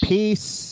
Peace